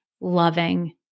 loving